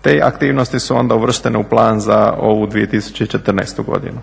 Te aktivnosti su onda uvrštene u plan za ovu 2014. godinu.